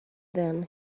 then